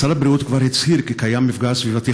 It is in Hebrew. משרד הבריאות כבר הצהיר כי קיים מפגע סביבתי